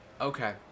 Okay